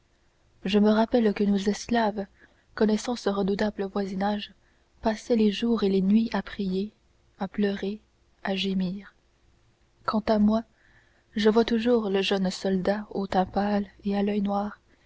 je me rappelle que nos esclaves connaissant ce redoutable voisinage passaient les jours et les nuits à prier à pleurer à gémir quant à moi je vois toujours le jeune soldat au teint pâle et à l'oeil noir